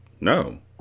No